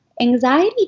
anxiety